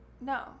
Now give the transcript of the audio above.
No